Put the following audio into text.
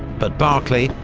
but barclay,